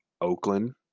Oakland